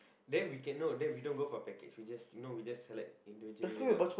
then we can no then we don't go for package we just no we just select individually we got